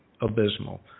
abysmal